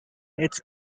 its